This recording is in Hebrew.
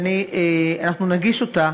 ואנחנו נגיש אותה,